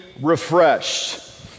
refreshed